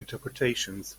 interpretations